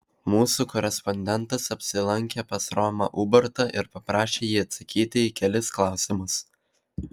mūsų korespondentas apsilankė pas romą ubartą ir paprašė jį atsakyti į kelis klausimus